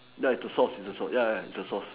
ya it's the sauce it's the sauce ya ya it's the sauce